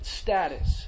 status